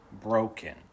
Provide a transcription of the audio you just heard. broken